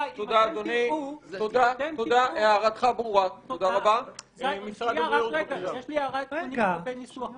יש לי הערה לגבי ניסוח החוק.